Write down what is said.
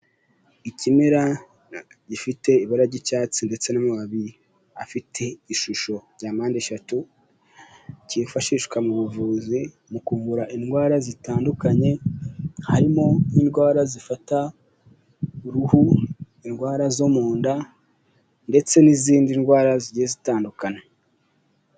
Ikimera gifite ibara ry'icyatsi ndetse n'amababi afite ishusho rya mpande eshatu, kifashishwa mu buvuzi mu kuvura indwara zitandukanye, harimo nk'indwara zifata uruhu, indwara zo mu nda, ndetse n'izindi ndwara zigiye zitandukana.